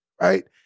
right